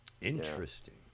Interesting